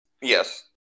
Yes